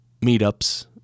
meetups